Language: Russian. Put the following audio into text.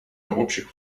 общих